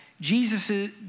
Jesus